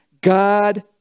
God